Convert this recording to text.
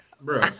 Bro